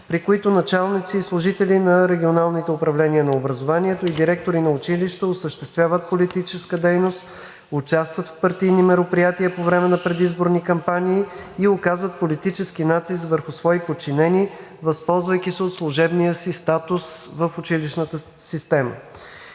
при които началници и служители на РУО и директори на училища осъществяват политическа дейност, участват в партийни мероприятия по време на предизборни кампании и оказват политически натиск върху свои подчинени, възползвайки се от служебния си статус в училищната система.